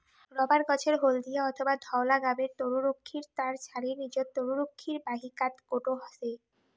rubber গছের হলদিয়া অথবা ধওলা গাবের তরুক্ষীর তার ছালের নীচত তরুক্ষীর বাহিকাত গোটো হসে